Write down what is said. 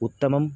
उत्तमम्